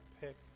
pick